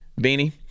Beanie